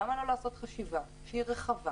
למה לא לעשות חשיבה רחבה